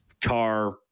car